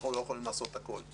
אנחנו לא יכולים לעשות הכול.